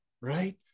right